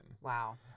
Wow